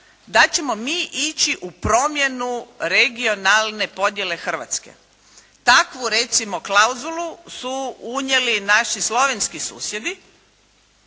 da ćemo mi ići u promjenu regionalne podjele Hrvatske. Takvu recimo klauzulu su unijeli naši slovenski susjedi